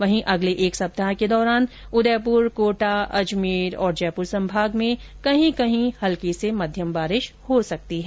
वहीं अगले एक सप्ताह के दौरान उदयपुर कोटा अजमेर और जयपुर संभाग में कहीं कहीं हल्की से मध्यम बारिश हो सकती है